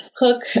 Hook